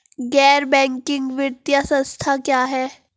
गैर बैंकिंग वित्तीय संस्था क्या है?